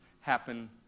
happen